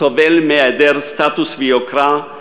סובל מהיעדר סטטוס ויוקרה,